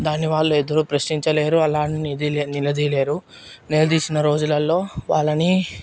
దాన్ని వాళ్లు ఎదురు ప్రశ్నించలేదు అలా ని నిలదీయలేరు నిలదీసిన రోజులల్లో వాళ్ళని